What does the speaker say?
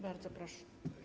Bardzo proszę.